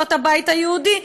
עמותות הבית היהודי,